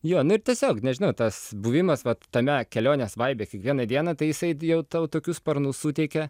jo nu ir tiesiog nežinau tas buvimas vat tame kelionės vaibe kiekvieną dieną tai jisai jau tau tokius sparnus suteikia